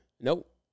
Nope